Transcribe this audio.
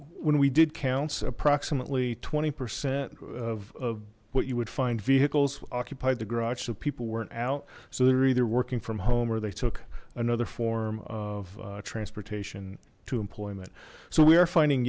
when we did counts approximately twenty percent of what you would find vehicles occupied the garage so people weren't out so they were either working from home or they took another form of transportation to employment so we are finding